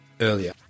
earlier